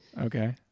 Okay